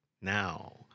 now